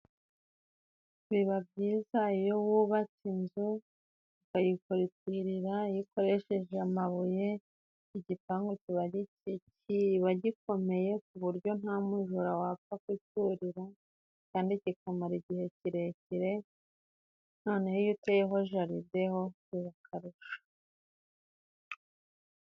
Biba byiza iyo wubatse inzu ukayikorotirira, iyo ikoresheje amabuye, igipangu kiba gikomeye ku buryo nta mujura wapfa kucurira, kandi kikamara igihe kirekire noneho iyo uteye jaride ho biba akarusho.